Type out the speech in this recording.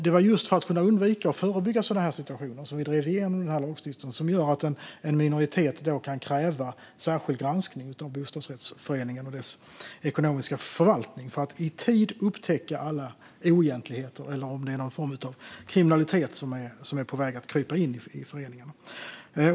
Det var just för att kunna undvika och förebygga sådana situationer som vi drev igenom den här lagstiftningen, som gör att en minoritet kan kräva en särskild granskning av bostadsrättsföreningen och dess ekonomiska förvaltning för att i tid upptäcka oegentligheter eller om någon form av kriminalitet är på väg att krypa in i föreningen.